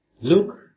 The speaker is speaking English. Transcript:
look